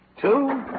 two